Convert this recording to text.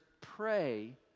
pray